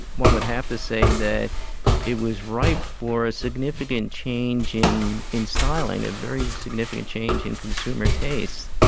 one would have to say that it was ripe for significant change in in styling, a very significant change in consumer taste.